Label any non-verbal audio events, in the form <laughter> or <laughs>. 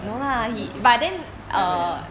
<noise> <laughs> do I go to hell